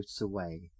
away